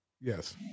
Yes